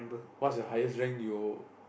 what's your highest rank you